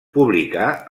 publicà